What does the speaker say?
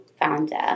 founder